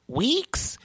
week's